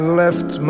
left